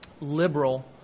liberal